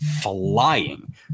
flying